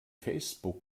facebook